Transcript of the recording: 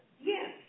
Yes